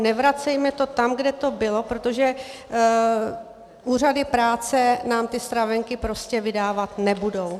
Nevracejme to tam, kde to bylo, protože úřady práce nám ty stravenky prostě vydávat nebudou.